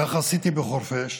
כך עשיתי בחורפיש,